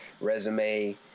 resume